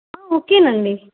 okay నండి